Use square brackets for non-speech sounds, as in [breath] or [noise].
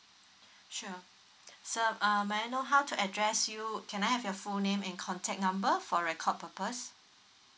[breath] sure [breath] sir um may I know how to address you can I have your full name and contact number for record purpose